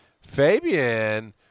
Fabian